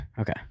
okay